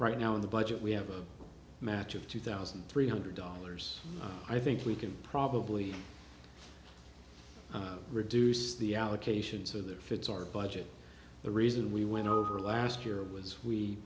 right now in the budget we have a match of two thousand three hundred dollars i think we can probably reduce the allocation so that fits our budget the reason we went over last year was we